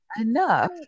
enough